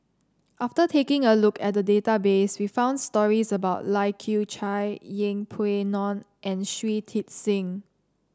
after taking a look at the database we found stories about Lai Kew Chai Yeng Pway Ngon and Shui Tit Sing